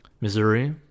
Missouri